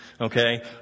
Okay